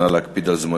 נא להקפיד על זמנים,